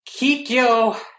Kikyo